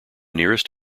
nearest